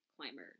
climber